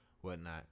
whatnot